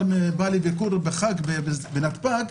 ובא לביקור בחג בנתב"ג,